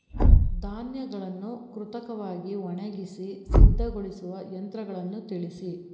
ಧಾನ್ಯಗಳನ್ನು ಕೃತಕವಾಗಿ ಒಣಗಿಸಿ ಸಿದ್ದಗೊಳಿಸುವ ಯಂತ್ರಗಳನ್ನು ತಿಳಿಸಿ?